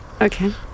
Okay